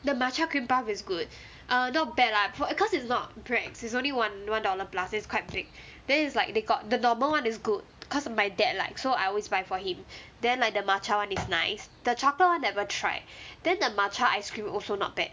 the matcha cream puff is good err not bad lah because it's not bread it's only one one dollar plus is quite big then is like they got the normal [one] is good because my dad likes so I always buy for him then like the matcha [one] and is nice the chocolate one never tried then the matcha ice cream also not bad